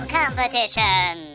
Competition